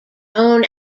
own